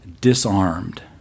disarmed